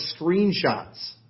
screenshots